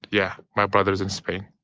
yeah. my brother is in spain.